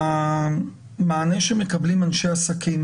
שהמענה שמקבלים אנשי עסקים